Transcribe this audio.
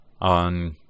on